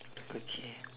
okay